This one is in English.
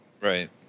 Right